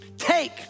Take